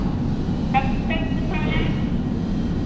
जब तक बताया